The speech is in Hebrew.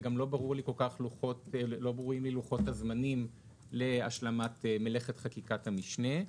וגם לא ברורים לי לוחות הזמנים להשלמת מלאכת חקיקת המשנה.